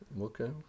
Okay